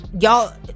y'all